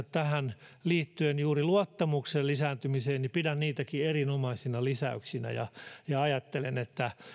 tähän lisäyksensä liittyen juuri luottamuksen lisääntymiseen niin pidän niitäkin erinomaisina lisäyksinä ajattelen että